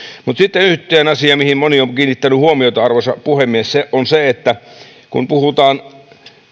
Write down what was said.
mutta sitten yksi asia mihin moni on kiinnittänyt huomiota arvoisa puhemies on se kun puhutaan